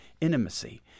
intimacy